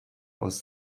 aus